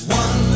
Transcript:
one